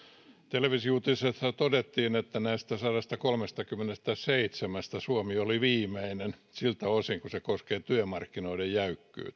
televisiouutisissa todettiin että näistä sadastakolmestakymmenestäseitsemästä suomi oli viimeinen siltä osin mikä koskee työmarkkinoiden jäykkyyttä